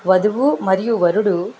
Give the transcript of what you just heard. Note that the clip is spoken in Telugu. వధువు మరియు వరుడు